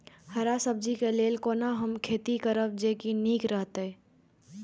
हरा सब्जी के लेल कोना हम खेती करब जे नीक रहैत?